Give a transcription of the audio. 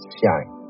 shine